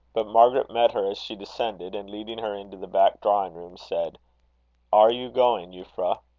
but margaret met her as she descended, and leading her into the back drawing-room, said are you going, euphra?